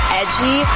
edgy